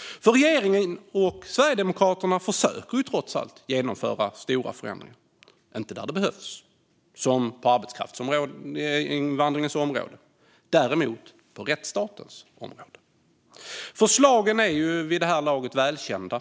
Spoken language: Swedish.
Regeringen och Sverigedemokraterna försöker trots allt genomföra stora förändringar - inte där det behövs, som på arbetskraftsinvandringens område, utan däremot på rättsstatens område. Förslagen är vid det här laget välkända.